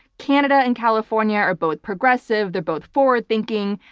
canada and california are both progressive, they're both forward-thinking,